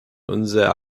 unser